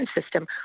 system